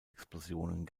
explosionen